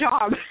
job